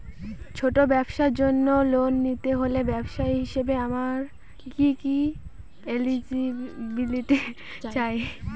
ছোট ব্যবসার জন্য লোন নিতে হলে ব্যবসায়ী হিসেবে আমার কি কি এলিজিবিলিটি চাই?